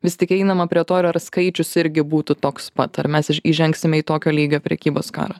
vis tik einama prie to ar ar skaičius irgi būtų toks pat ar mes įžengsime į tokio lygio prekybos karą